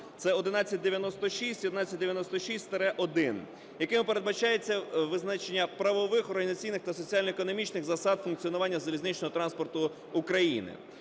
Це 1196 і 1196-1, якими передбачається визначення правових організаційних та соціально-економічних засад функціонування залізничного транспорту України.